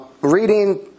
reading